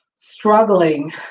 struggling